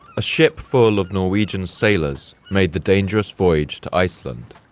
a ship full of norwegian sailors made the dangerous voyage to iceland,